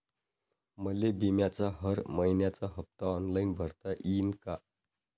मले बिम्याचा हर मइन्याचा हप्ता ऑनलाईन भरता यीन का?